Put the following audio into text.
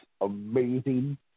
amazing